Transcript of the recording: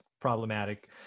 problematic